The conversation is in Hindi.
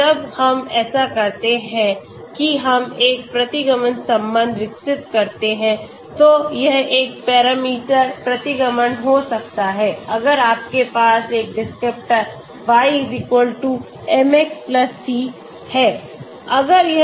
एक बार जब हम ऐसा करते हैं कि हम एक प्रतिगमन संबंध विकसित करते हैं तो यह एक पैरामीटर प्रतिगमन हो सकता है अगर आपके पास एक डिस्क्रिप्टर y mx c है